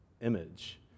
image